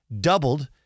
doubled